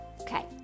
Okay